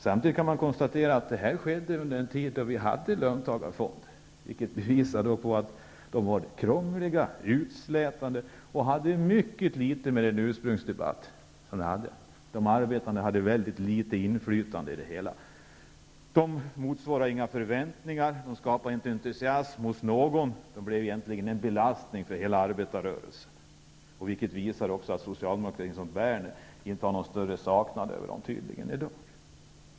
Samtidigt kan man konstatera att detta skedde under en tid då vi hade löntagarfonder, vilket bevisar att de var krångliga, utslätade och hade mycket litet att göra med idéerna i ursprungsdebatten. De arbetande hade väldigt litet inflytande över det hela. Löntagarfonderna motsvarade inga förväntningar, de skapade inte entusiasm hos någon, de blev egentligen en belastning för hela arbetarrörelsen. Detta visar också att man inom socialdemokratin i dag inte känner någon större saknad över fonderna.